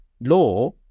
law